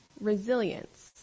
resilience